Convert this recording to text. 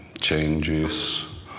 changes